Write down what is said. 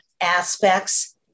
aspects